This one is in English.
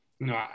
No